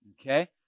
Okay